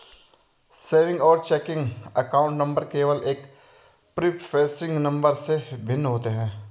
savings और checking account number केवल एक प्रीफेसिंग नंबर से भिन्न होते हैं